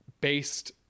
based